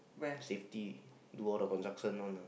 safety do all the constructions one lah